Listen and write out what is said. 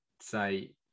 say